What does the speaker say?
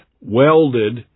welded